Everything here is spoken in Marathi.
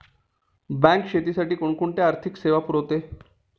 बँक शेतीसाठी कोणकोणत्या आर्थिक सेवा पुरवते?